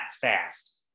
fast